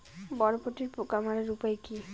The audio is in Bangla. বরবটির পোকা মারার উপায় কি?